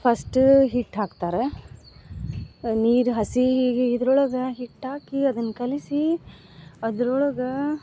first ಹಿಟ್ಟು ಹಾಕ್ತಾರೆ ನೀರು ಹಸಿ ಇದ್ರೊಳಗೆ ಹಿಟ್ಟು ಹಾಕಿ ಅದನ್ನ ಕಲಿಸಿ ಅದ್ರೊಳಗ